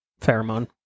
pheromone